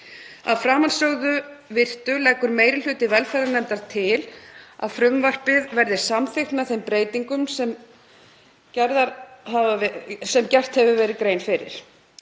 Að framansögðu virtu leggur meiri hluti velferðarnefndar til að frumvarpið verði samþykkt með þeim breytingum sem gerð hefur verið grein fyrir.